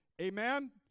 Amen